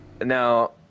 Now-